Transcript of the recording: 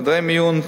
חדרי מיון,